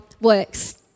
works